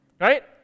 Right